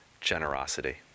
generosity